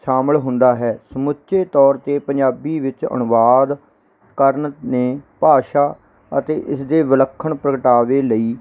ਸ਼ਾਮਿਲ ਹੁੰਦਾ ਹੈ ਸਮੁੱਚੇ ਤੌਰ 'ਤੇ ਪੰਜਾਬੀ ਵਿੱਚ ਅਨੁਵਾਦ ਕਰਨ ਨੇ ਭਾਸ਼ਾ ਅਤੇ ਇਸਦੇ ਵਿਲੱਖਣ ਪ੍ਰਗਟਾਵੇ ਲਈ